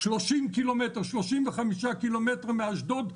35 ק"מ מאשדוד,